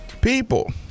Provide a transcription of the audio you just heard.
People